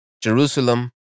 Jerusalem